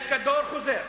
והכדור חוזר.